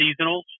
seasonals